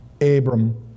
Abram